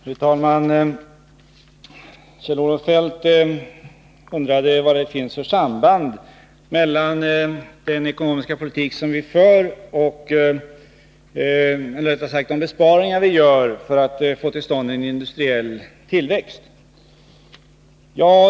Fru talman! Kjell-Olof Feldt undrade vad det finns för samband mellan de besparingar som vi gör och försöken att få till stånd en industriell tillväxt.